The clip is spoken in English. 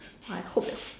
I hope they